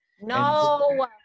no